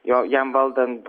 jo jam valdant